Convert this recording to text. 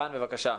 רן, בבקשה.